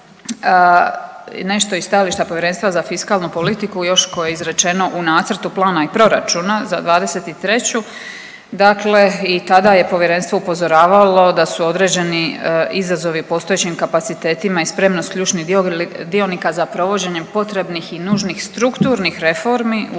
nešto iz stajališta Povjerenstva za fiskalnu politiku još koje je izrečeno u nacrtu plana i proračuna za '23., dakle i tada je povjerenstvo upozoravalo da su određeni izazovi postojećim kapacitetima i spremnost ključnih dionika za provođenje potrebnih i nužnih strukturnih reformi u